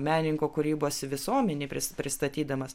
menininko kūrybos visuomenei pri pristatydamas